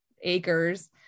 acres